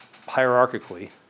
hierarchically